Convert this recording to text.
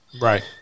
Right